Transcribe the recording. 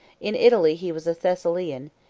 in italy he was a thessalian,